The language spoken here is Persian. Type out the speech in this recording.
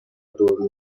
دور